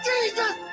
Jesus